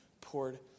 poured